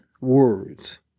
words